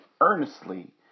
earnestly